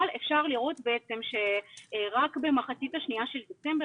אפשר לראות שרק במחצית השנייה של דצמבר